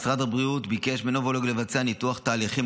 משרד הבריאות ביקש מנובולוג לבצע ניתוח תהליכים,